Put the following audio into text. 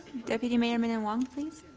deputy mayor minnan-wong, please.